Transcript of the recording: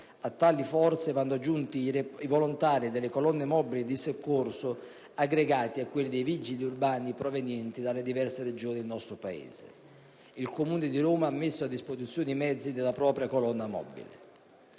A tali forze vanno aggiunti i volontari delle colonne mobili di soccorso aggregati a quelle dei vigili urbani provenienti dalle diverse Regioni del nostro Paese. Il Comune di Roma ha messo a disposizione i mezzi della propria colonna mobile.